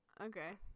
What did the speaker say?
Okay